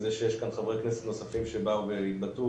וזה שיש כאן חברי כנסת נוספים שבאו והתבטאו,